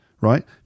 right